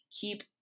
keep